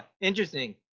interesting